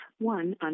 one